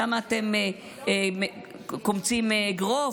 למה אתם קומצים אגרוף?